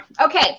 Okay